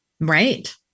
Right